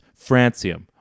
francium